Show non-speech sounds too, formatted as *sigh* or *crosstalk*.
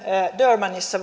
durbanissa *unintelligible*